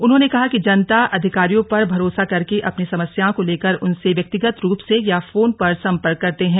उन्होंने कहा कि जनता अधिकारियों पर भरोसा करके अपनी समस्याओं को लेकर उनसे व्यक्तिगत रूप से या फोन पर सम्पर्क करते हैं